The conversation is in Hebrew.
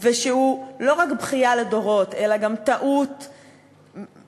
ושהוא לא רק בכייה לדורות אלא גם טעות קולוסלית,